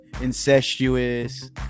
incestuous